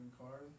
cars